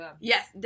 Yes